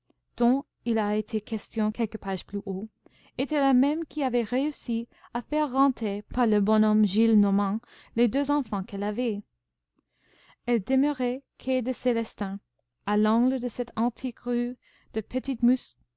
dont il a été question quelques pages plus haut était la même qui avait réussi à faire renter par le bonhomme gillenormand les deux enfants qu'elle avait elle demeurait quai des célestins à l'angle de cette antique rue du